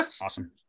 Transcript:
Awesome